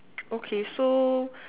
okay so